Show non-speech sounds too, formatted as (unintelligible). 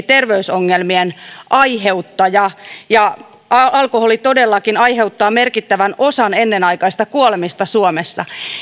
(unintelligible) terveysongelmien aiheuttaja alkoholi todellakin aiheuttaa merkittävän osan ennenaikaisista kuolemista suomessa